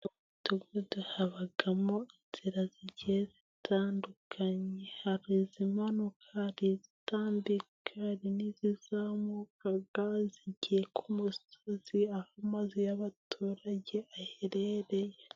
Mu mudugudu habamo inzira zigiye zitandukanye, hari izimanuka hari izitambika hari n'izizamuka, zigiye ku musozi aho amazi y'abaturage aherereye.